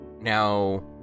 now